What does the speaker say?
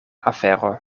afero